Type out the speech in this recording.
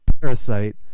Parasite